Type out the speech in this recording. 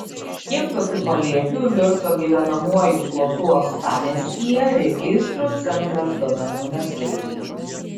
kiek tokių palėpių virto gyvenamuoju plotu uostamiestyje registrų centras duomenų neturi